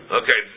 okay